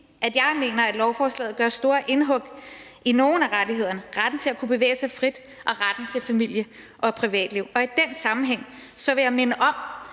at jeg mener, at lovforslaget gør store indhug i nogle af rettighederne – retten til at kunne bevæge sig frit og retten til familie og privatliv. Og i den sammenhæng vil jeg minde om,